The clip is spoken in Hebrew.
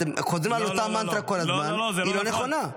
אתם חוזרים על אותה מנטרה כל הזמן והיא לא נכונה.